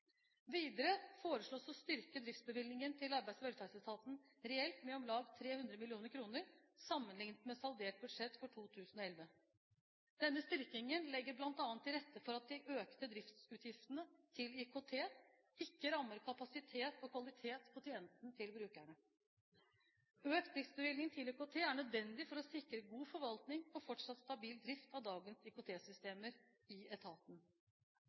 Videre foreslås det å styrke driftsbevilgningen til Arbeids- og velferdsetaten reelt med om lag 300 mill. kr sammenlignet med saldert budsjett for 2011. Denne styrkingen legger bl.a. til rette for at de økte driftsutgiftene til IKT ikke rammer kapasitet og kvalitet på tjenesten til brukerne. Økt driftsbevilgning til IKT er nødvendig for å sikre god forvaltning og fortsatt stabil drift av dagens IKT-systemer i etaten.